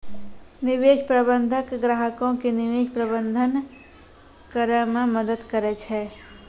निवेश प्रबंधक ग्राहको के निवेश प्रबंधन करै मे मदद करै छै